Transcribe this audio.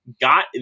got